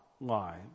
lives